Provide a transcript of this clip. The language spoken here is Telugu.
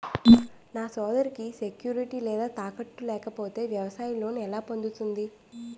నా సోదరికి సెక్యూరిటీ లేదా తాకట్టు లేకపోతే వ్యవసాయ లోన్ ఎలా పొందుతుంది?